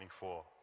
24